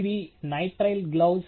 ఇవి nitrile gloves